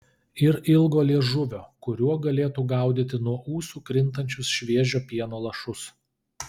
ir ilgo liežuvio kuriuo galėtų gaudyti nuo ūsų krintančius šviežio pieno lašus